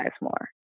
more